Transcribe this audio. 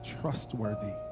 trustworthy